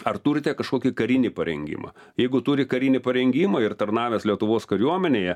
ar turite kažkokį karinį parengimą jeigu turi karinį parengimą ir tarnavęs lietuvos kariuomenėje